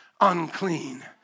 unclean